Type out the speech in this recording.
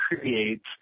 creates